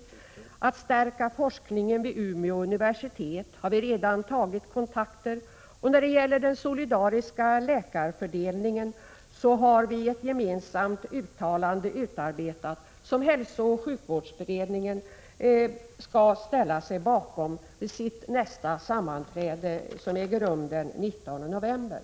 När det gäller att stärka forskningen vid Umeå universitet har vi redan tagit en del kontakter. Beträffande den solidariska läkarfördelningen har vi ett gemensamt uttalande utarbetat som hälsooch sjukvårdsberedningen skall ställa sig bakom vid sitt nästa sammanträde, som äger rum den 19 november.